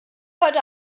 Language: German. heute